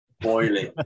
boiling